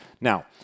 Now